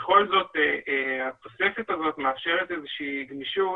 בכל זאת התוספת הזאת מאפשרת איזושהי גמישות